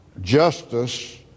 Justice